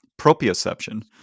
proprioception